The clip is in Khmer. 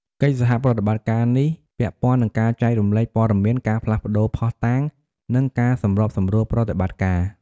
កិច្ចសហប្រតិបត្តិការនេះពាក់ព័ន្ធនឹងការចែករំលែកព័ត៌មាន ការផ្លាស់ប្តូរភស្តុតាង និងការសម្របសម្រួលប្រតិបត្តិការ។